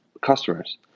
customers